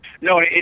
No